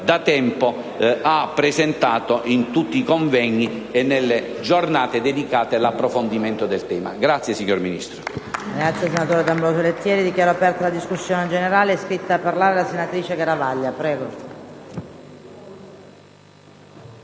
da tempo ha presentato in tutti convegni e nelle giornate dedicate all'approfondimento del tema. *(Applausi dal Gruppo*